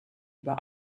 über